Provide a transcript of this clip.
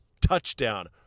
Touchdown